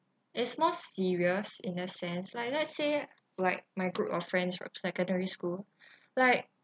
is more serious in a sense like let say like my group of friends from secondary school like